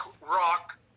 rock